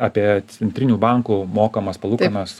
apie centrinių bankų mokamas palūkanas